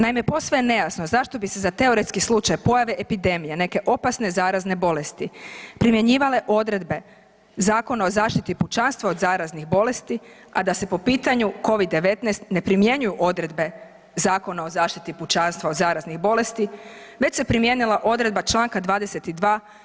Naime, posve je nejasno zašto bi se za teoretski slučaj pojave epidemije neke opasne zarazne bolesti primjenjivale odredbe Zakona o zaštiti pučanstva od zaraznih bolesti, a da se po pitanju Covid-19 ne primjenjuju odredbe Zakona o zaštiti pučanstva od zaraznih bolesti već se primijenila odredba Članka 22.